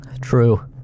True